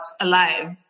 alive